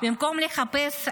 במקום לחפש אשמים,